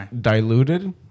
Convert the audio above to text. diluted